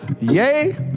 yay